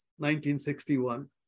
1961